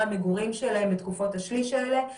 המגורים שלהם בתקופות השליש האלה.